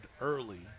early